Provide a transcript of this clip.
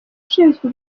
ushinzwe